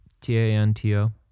T-A-N-T-O